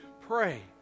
Pray